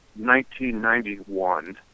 1991